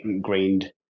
grained